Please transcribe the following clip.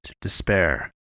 despair